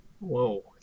Whoa